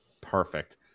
perfect